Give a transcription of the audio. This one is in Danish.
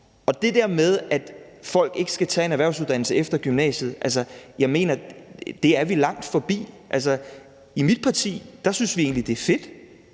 til det der med, at folk ikke skal tage en erhvervsuddannelse efter gymnasiet, så mener jeg, at det er noget, vi er langt forbi. I mit parti synes vi egentlig, det er fedt,